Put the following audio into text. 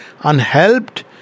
unhelped